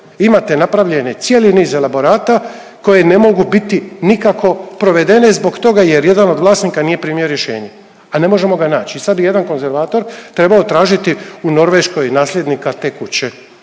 Imate napravljeni cijeli niz elaborata koji ne mogu biti nikako provedene zbog toga jer jedan od vlasnika nije primio rješenje, a ne možemo ga naći i sad bi jedan konzervator trebao tražiti u Norveškoj nasljednika te kuće.